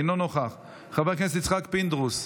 אינו נוכח, חבר הכנסת יצחק פינדרוס,